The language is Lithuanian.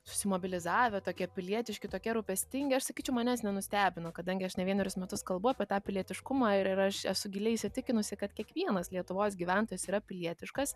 susimobilizavę tokie pilietiški tokie rūpestingi aš sakyčiau manęs nenustebino kadangi aš ne vienerius metus kalbu apie tą pilietiškumą ir ir aš esu giliai įsitikinusi kad kiekvienas lietuvos gyventojas yra pilietiškas